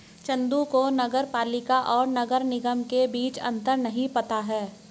चंदू को नगर पालिका और नगर निगम के बीच अंतर नहीं पता है